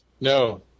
No